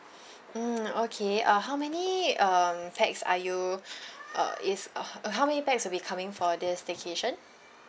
mm okay uh how many um pax are you uh is uh how many pax will be coming for this staycation